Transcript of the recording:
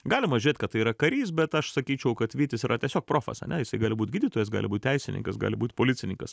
galima žiūrėt kad tai yra karys bet aš sakyčiau kad vytis yra tiesiog profas ane jisai gali būt gydytojas gali būt teisininkas gali būt policininkas